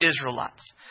Israelites